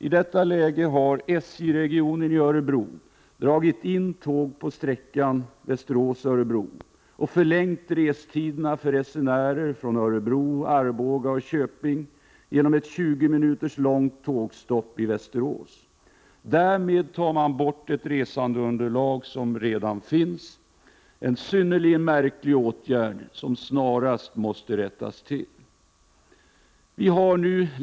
I detta läge har SJ-regionen i Örebro dragit in tåg på sträckan Örebro— Västerås och förlängt restiderna för resenärer från Örebro, Arboga och Köping genom ett 20 minuter långt tågstopp i Västerås. Därmed tar man bort ett resandeunderlag som redan finns. Det är en synnerligen märklig åtgärd, som snarast måste rättas till.